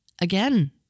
again